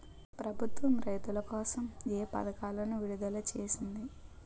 ప్రభుత్వం రైతుల కోసం ఏ పథకాలను విడుదల చేసింది?